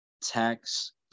tax